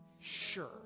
sure